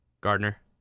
gardner